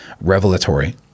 revelatory